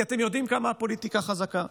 כי אתם יודעים כמה הפוליטיקה חזקה.